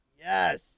Yes